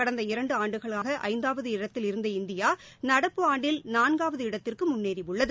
கடந்த இரண்டு ஆண்டுகளாக ஐந்தாவது இடத்தில் இருந்த இந்தியா நடப்பு ஆண்டில் நான்காவது இடத்திற்கு முன்னேறியுள்ளது